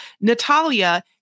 Natalia